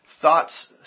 thoughts